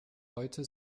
heute